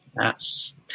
Yes